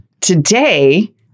Today